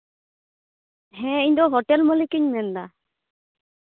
ᱦᱮᱸ ᱤᱧᱫᱚ ᱦᱳᱴᱮᱞ ᱢᱟᱹᱞᱤᱠ ᱤᱧ ᱢᱮᱱᱫᱟ